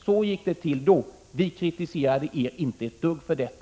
Så gick det till då, och vi kritiserade inte socialdemokraterna för detta.